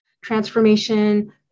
transformation